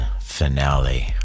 finale